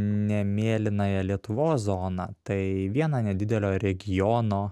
ne mėlynąją lietuvos zoną tai vieną nedidelio regiono